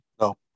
No